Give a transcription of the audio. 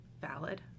valid